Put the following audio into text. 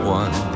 one